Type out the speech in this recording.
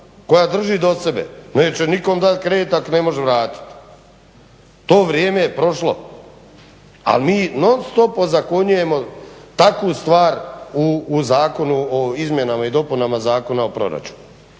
koja drži do sebe neće nikom dati kredit ako ne može vratiti. To vrijeme je prošlo. A mi non stop ozakonjujemo takvu stvar u zakonu o izmjenama i dopunama Zakona o proračunu.